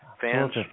Fans